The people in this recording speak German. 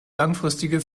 langfristige